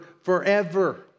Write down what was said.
forever